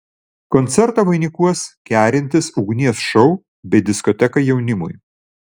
koncertą vainikuos kerintis ugnies šou bei diskoteka jaunimui